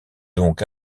donc